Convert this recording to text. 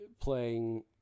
Playing